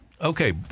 okay